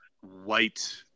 white